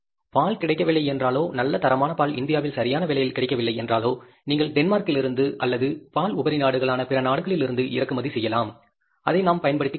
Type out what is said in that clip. பால் கிடைக்கவில்லை என்றாலோ நல்ல தரமான பால் இந்தியாவில் சரியான விலையில் கிடைக்கவில்லை என்றாலோ நீங்கள் டென்மார்க்கிலிருந்து அல்லது பால் உபரி நாடுகளான பிற நாடுகளிலிருந்தும் இறக்குமதி செய்யலாம் அதை நாம் பயன்படுத்திக் கொள்ளலாம்